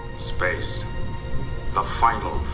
space the final